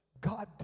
God